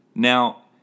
Now